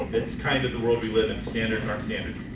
it's kind of the world we live in standards aren't standards.